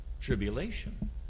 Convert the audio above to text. tribulation